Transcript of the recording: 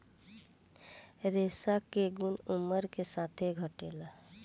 रेशा के गुन उमर के साथे घटेला